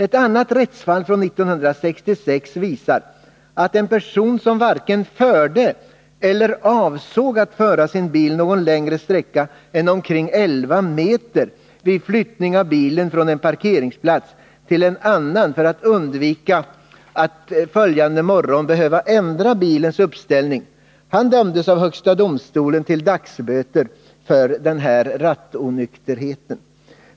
Ett annat rättsfall, från 1966, visar att en person som varken förde eller avsåg att föra sin bil längre sträcka än omkring 11 meter vid flyttning av bilen från en parkeringsplats till en annan för att undvika att följande morgon behöva ändra bilens uppställning, av högsta domstolen dömdes till dagsböter för rattonykterhet.